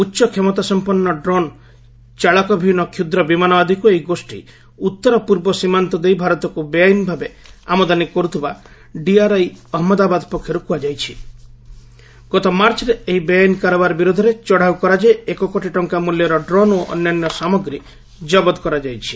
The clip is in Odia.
ଉଚ୍ଚ କ୍ଷମତା ସମ୍ପନ୍ନ ଡ୍ରୋନ୍ ଚାଳକ ବିହିନ କ୍ଷୁଦ୍ର ବିମାନ ଆଦିକୁ ଏହି ଗୋଷ୍ଠୀ ଉତ୍ତର ପୂର୍ବ ସୀମାନ୍ତ ଦେଇ ଭାରତକୁ ବେଆଇନ୍ ଭାବେ ଆମଦାନୀ କରୁଥିବା ଡିଆର୍ଆଇ ଅହମ୍ମଦାବାଦ ପକ୍ଷରୁ କୁହାଯାଇଛି ଗତ ମାର୍ଚ୍ଚରେ ଏହି ବେଆଇନ୍ କାରବାର ବିରୋଧରେ ଚଢ଼ାଉ କରାଯାଇ ଏକ କୋଟି ଟଙ୍କା ମୂଲ୍ୟର ଡ୍ରୋନ୍ ଓ ଅନ୍ୟାନ୍ୟ ସାମଗ୍ରୀ ଜବତ କରାଯାଇଛି